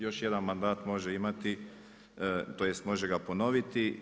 Još jedan mandat može imati, tj. može ga ponoviti.